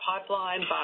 pipeline